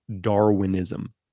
Darwinism